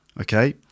Okay